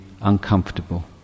uncomfortable